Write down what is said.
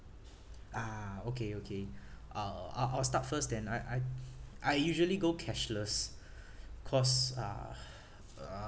ah okay okay I'll I'll I'll start first then I I I usually go cashless cause uh